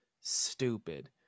Stupid